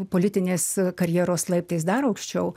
politinės karjeros laiptais dar aukščiau